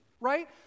right